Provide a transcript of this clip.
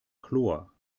chlor